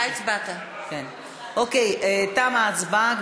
תמה ההצבעה.